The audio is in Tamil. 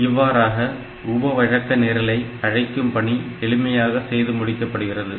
இவ்வாறாக உப வழக்க நிரலை அழைக்கும்பணி எளிமையாக செய்து முடிக்கப்படுகிறது